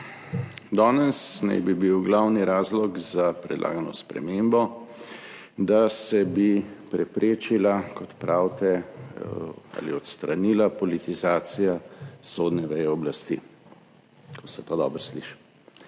Danes naj bi bil glavni razlog za predlagano spremembo, da bi se preprečila, kot pravite, ali odstranila politizacija sodne veje oblasti. Kako se to dobro sliši.